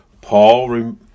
Paul